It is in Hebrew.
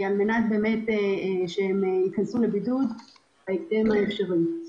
כדי שהם ייכנסו לבידוד בהקדם האפשרי.